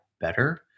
better